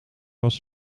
was